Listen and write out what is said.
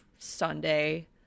Sunday